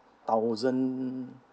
thousand